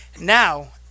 Now